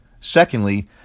Secondly